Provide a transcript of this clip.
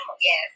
Yes